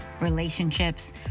relationships